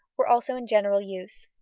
were also in general use.